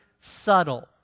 subtle